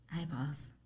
Eyeballs